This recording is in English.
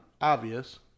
obvious